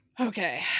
Okay